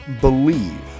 believe